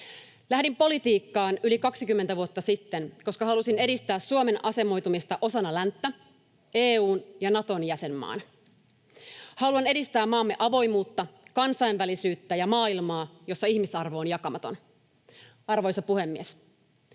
Lähdin politiikkaan yli kaksikymmentä vuotta sitten, koska halusin edistää Suomen asemoitumista osana länttä, EU:n ja Naton jäsenmaana. Haluan edistää maamme avoimuutta, kansainvälisyyttä ja maailmaa, jossa ihmisarvo on jakamaton. Arvoisa puhemies!